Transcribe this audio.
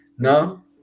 No